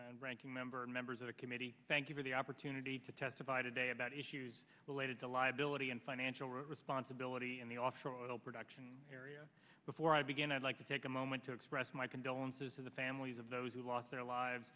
and ranking member members of the committee thank you for the opportunity to testify today about issues related to liability and financial responsibility in the offshore oil production area before i begin i'd like to take a moment to express my condolences to the families of those who lost their lives